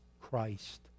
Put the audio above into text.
Christ